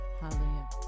Hallelujah